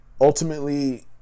ultimately